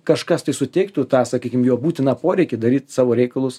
kažkas tai suteiktų tą sakykim jo būtiną poreikį daryt savo reikalus